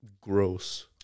gross